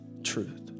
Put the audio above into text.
truth